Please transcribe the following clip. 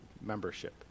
membership